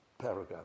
paragraph